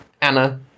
Anna